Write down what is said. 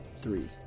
three